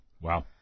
Wow